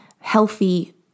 healthy